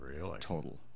total